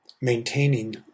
maintaining